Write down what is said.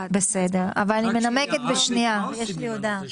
אנחנו עוברים לסעיף 52 להצעת חוק ההתייעלות הכלכלית,